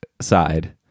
side